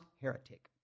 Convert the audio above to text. heretic